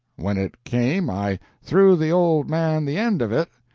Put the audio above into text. when it came i threw the old man the end of it.